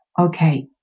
okay